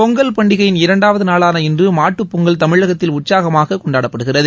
பொங்கல் பண்டிகையின் இரண்டாவது நாளான இன்று மாட்டுப் பொங்கல் தமிழகத்தில் உற்சாகமாகக் கொண்டாடப்படுகிறது